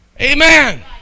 amen